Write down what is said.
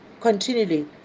continually